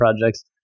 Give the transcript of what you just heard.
projects